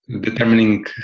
determining